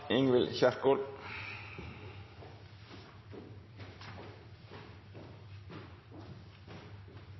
Ingvild Kjerkol,